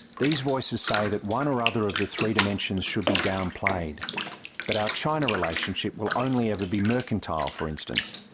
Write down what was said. these voices say that one or other of the three dimensions should be downplayed that our china relationship will only ever be mercantile, for instance,